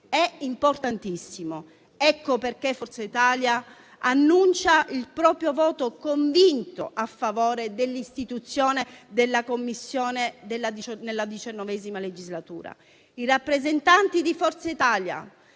è importantissimo. Ecco perché Forza Italia annuncia il proprio voto convinto a favore dell'istituzione della Commissione nella XIX legislatura. I rappresentanti di Forza Italia